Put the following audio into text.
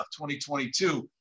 2022